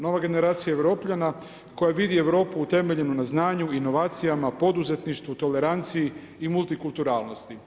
Nova generacija Europljana koja vidi Europu utemeljenu na znanju, inovacijama, poduzetništvu, toleranciji i multikulturalnosti.